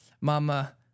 mama